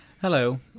Hello